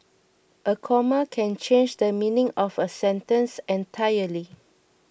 a comma can change the meaning of a sentence entirely